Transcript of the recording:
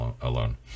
alone